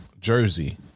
Jersey